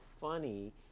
funny